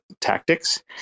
tactics